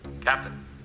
Captain